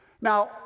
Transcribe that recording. Now